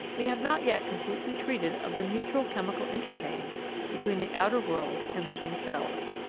we have not yet completely treated of the mutual chemical interchange between the outer world and living cells.